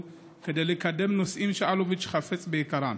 כדי לקדם נושאים שאלוביץ' חפץ ביקרם,